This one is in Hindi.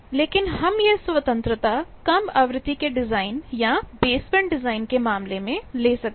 लेकिन हम यह स्वतंत्रताकम आवृत्ति के डिज़ाइन या बेसबैंड डिज़ाइन के मामले में ले सकते हैं